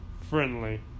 friendly